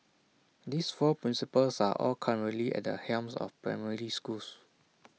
these four principals are all currently at the helm of primary schools